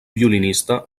violinista